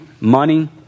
money